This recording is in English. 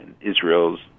israel's